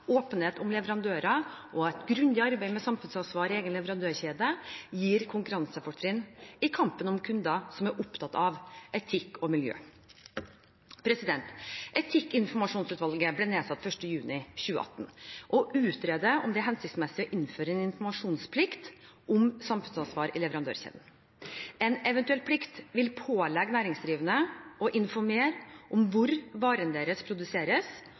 åpenhet om leverandører og et grundig arbeid med samfunnsansvar i egen leverandørkjede gir konkurransefortrinn i kampen om kunder som er opptatt av etikk og miljø. Etikkinformasjonsutvalget ble nedsatt 1. juni 2018 og utreder om det er hensiktsmessig å innføre en informasjonsplikt om samfunnsansvar i leverandørkjeden. En eventuell plikt vil pålegge næringsdrivende å informere om hvor varen deres produseres,